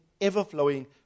ever-flowing